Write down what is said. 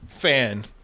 Fan